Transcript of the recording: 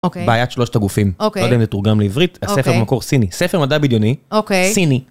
בעיית שלושת הגופים, לא יודע אם זה תורגם לעברית, ספר במקור סיני, ספר מדע בדיוני, סיני.